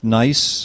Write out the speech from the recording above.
nice